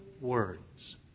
words